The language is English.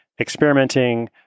experimenting